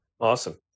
Awesome